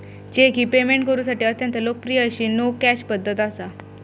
check ही payment करुसाठी अत्यंत लोकप्रिय अशी नो कॅश पध्दत असा